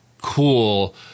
cool